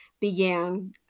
began